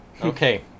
Okay